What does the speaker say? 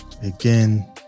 again